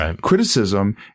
criticism